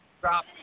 drop